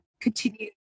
Continue